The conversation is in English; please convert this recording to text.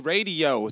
Radio